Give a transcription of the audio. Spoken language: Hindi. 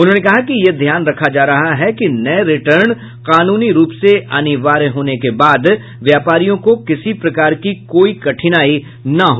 उन्होंने कहा कि यह ध्यान रखा जा रहा है कि नये रिटर्न कानूनी रूप से अनिवार्य होने के बाद व्यापारियों को किसी प्रकार की कोई कठिनाई न हो